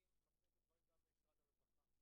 אני מפנה את הדברים גם אל משרד הרווחה.